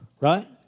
Right